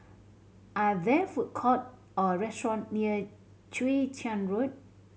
are there food court or restaurant near Chwee Chian Road